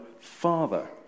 Father